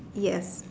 yes